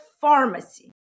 pharmacy